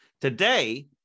Today